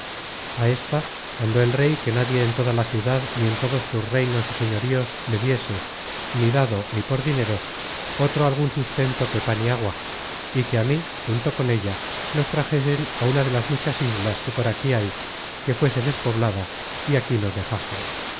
á ésta mandó el rey que nadie en toda la ciudad ni en todos sus reinos y señoríos le diese ni dado ni por dineros otro algun sustento que pan y agua y que á mí junto con ella nos trajesen á una de las muchas islas que por aquí hay que fuese despoblada y aquí nos dejasen